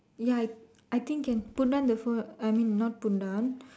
ya I I think can put down the phone I mean not put down